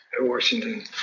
Washington